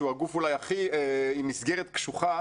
שהוא הגוף עם מסגרת קשוחה,